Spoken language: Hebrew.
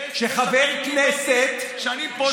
שאני פושע,